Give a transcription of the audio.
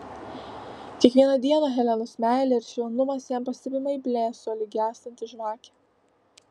kiekvieną dieną helenos meilė ir švelnumas jam pastebimai blėso lyg gęstanti žvakė